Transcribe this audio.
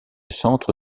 centre